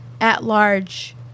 at-large